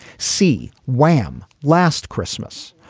see wham last christmas.